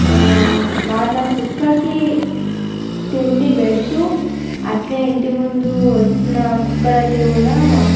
వాళ్ళ కుక్కకి తిండి పెడుతూ అట్లే ఇంటి ముందు వచ్చినా కుక్కలకి కూడా